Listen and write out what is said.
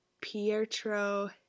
Pietro